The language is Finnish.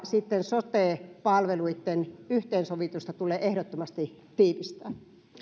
sote palveluitten yhteensovitusta tulee ehdottomasti tiivistää